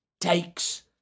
takes